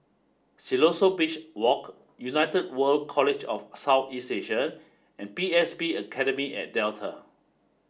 Siloso Beach Walk United World College of South East Asia and P S B Academy at Delta